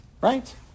Right